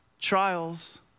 trials